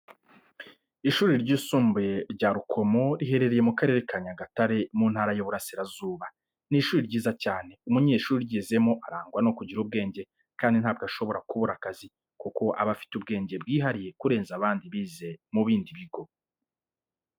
Ishuri ryisumbuye rya Rukomo riherereye mu Karere ka Nyagatare mu Ntara y'Iburasirazuba. Ni ishuri ryiza cyane umunyeshuri uryizemo arangwa no kugira ubwenge kandi ntabwo ashobora kubura akazi kuko aba afite ubwenge bwihariye kurenza abandi bize mu bindi bigo.